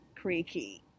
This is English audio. creaky